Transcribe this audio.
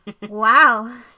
Wow